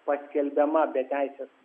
paskelbiama be teisės